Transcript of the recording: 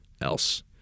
else